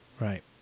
Right